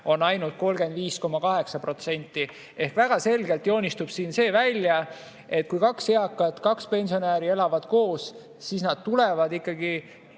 on ainult 35,8%. Ehk väga selgelt joonistub siin välja see, et kui kaks eakat, kaks pensionäri elavad koos, siis nad tulevad ikkagi